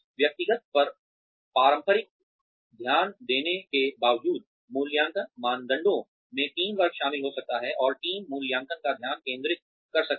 व्यक्तिगत पर पारंपरिक ध्यान देने के बावजूद मूल्यांकन मानदंडों में टीम वर्क शामिल हो सकता है और टीम मूल्यांकन का ध्यान केंद्रित कर सकती है